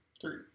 Three